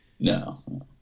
No